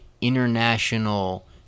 international